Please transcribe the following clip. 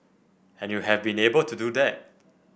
and you have been able to do that